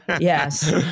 Yes